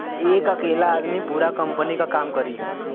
एक अकेला आदमी पूरा कंपनी क काम करी